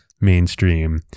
mainstream